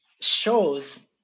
shows